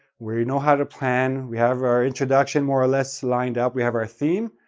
we we know how to plan, we have our introduction more or less lined out, we have our theme.